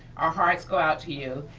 our hearts go out to you.